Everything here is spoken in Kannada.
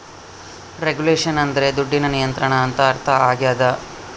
ರೆಗುಲೇಷನ್ ಅಂದ್ರೆ ದುಡ್ಡಿನ ನಿಯಂತ್ರಣ ಅಂತ ಅರ್ಥ ಆಗ್ಯದ